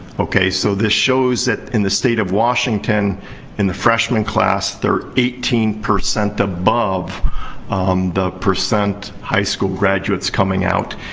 so, this shows that, in the state of washington in the freshmen class, they're are eighteen percent above the percent high school graduates coming out.